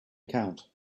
account